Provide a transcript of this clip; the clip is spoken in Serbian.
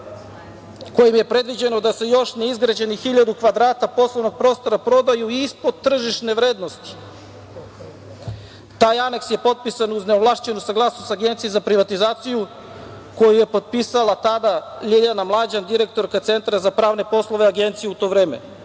kojim je predviđeno da se još neizgrađenih hiljadu kvadrata poslovnog prostora prodaju ispod tržišne vrednosti. Taj aneks je potpisan uz neovlašćenu saglasnost Agencije za privatizaciju koji je potpisala tada Ljiljana Mlađan, direktorka Centra za pravne poslove Agencije u to vreme. To